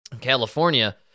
California